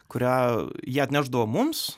kurią jie atnešdavo mums